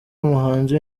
umuhanzi